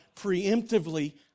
preemptively